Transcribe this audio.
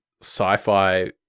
sci-fi